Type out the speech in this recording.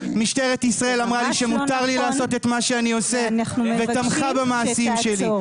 משטרת ישראל אמרה לי שמותר לי לעשות את מה שאני עושה ותמכה במעשים שלי.